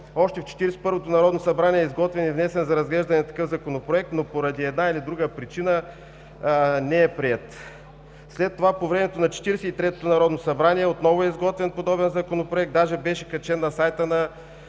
и първото народно събрание е изготвен и внесен за разглеждане такъв Законопроект, но поради една или друга причина не е приет. След това по времето на Четиридесет и третото народно събрание отново е изготвен подобен Законопроект. Даже беше качен на сайта на